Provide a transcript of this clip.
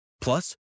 Plus